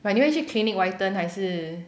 but 你会去 clinic whiten 还是